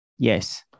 Yes